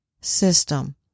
system